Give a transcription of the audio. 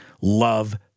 love